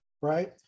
right